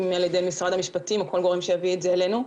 אם על ידי משרד המשפטים או כל גורם שיביא את זה אלינו.